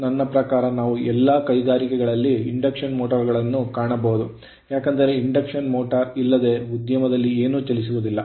ನನ್ನ ಪ್ರಕಾರ ನಾವು ಎಲ್ಲಾ ಕೈಗಾರಿಕೆಗಳಲ್ಲಿ ಇಂಡಕ್ಷನ್ ಮೋಟರ್ ಗಳನ್ನು ಕಾಣಬಹುದು ಏಕೆಂದರೆ ಇಂಡಕ್ಷನ್ ಮೋಟರ್ ಇಲ್ಲದೆ ಉದ್ಯಮದಲ್ಲಿ ಏನೂ ಚಲಿಸುವುದಿಲ್ಲ